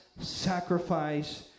sacrifice